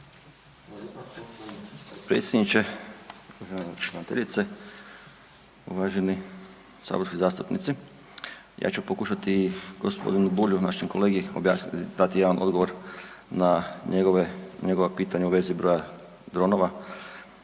razumije./... uvaženi saborski zastupnici. Ja ću pokušati g. Bulju, našem kolegi objasniti, dati jedan odgovor na njegove, njegova pitanja u vezi broja dronova